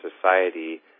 society